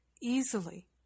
easily